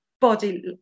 body